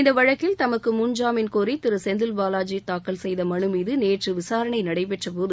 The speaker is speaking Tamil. இந்த வழக்கில் தமக்கு முன் ஜாமீன் கோரி திரு செந்தில் பாலாஜி தாக்கல் செய்த மலு மீது நேற்று விசாரணை நடைபெற்றபோது